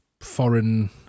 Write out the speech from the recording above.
foreign